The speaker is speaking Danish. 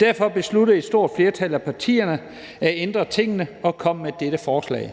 Derfor besluttede et stort flertal af partierne at ændre tingene og komme med dette forslag.